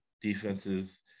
defenses